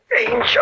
Angel